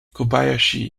kobayashi